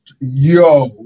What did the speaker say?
Yo